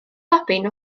robin